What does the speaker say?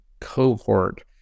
cohort